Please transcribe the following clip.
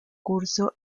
curso